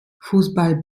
fußball